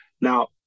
Now